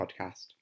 podcast